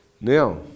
Now